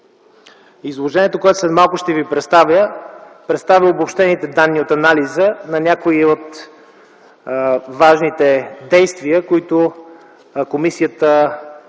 Изложението, което след малко ще Ви представя, представя обобщените данни от анализа на някои от важните действия, които комисията